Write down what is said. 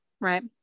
right